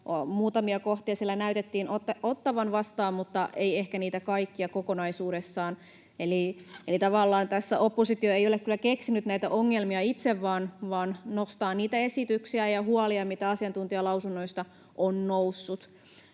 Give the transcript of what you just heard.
Muutamia kohtia siellä näytettiin otettavan vastaan, mutta ei ehkä niitä kaikkia kokonaisuudessaan. Eli tavallaan tässä oppositio ei ole kyllä keksinyt näitä ongelmia itse, vaan nostaa niitä esityksiä ja huolia, mitä asiantuntijalausunnoista on noussut.